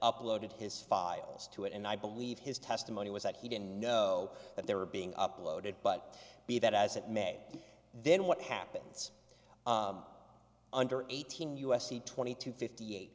uploaded his files to it and i believe his testimony was that he didn't know that they were being uploaded but be that as it may then what happens under eighteen u s c twenty two fifty eight